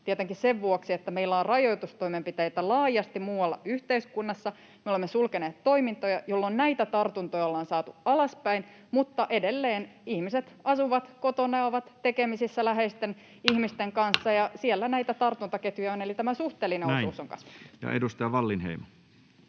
tietenkin sen vuoksi, että meillä on rajoitustoimenpiteitä laajasti muualla yhteiskunnassa ja me olemme sulkeneet toimintoja, jolloin näitä tartuntoja ollaan saatu alaspäin. Mutta edelleen ihmiset asuvat kotona ja ovat tekemisissä läheisten ihmisten kanssa, ja siellä näitä tartuntaketjuja on. Eli tämä suhteellinen osuus on kasvanut. [Speech